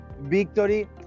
victory